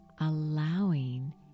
allowing